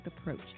approach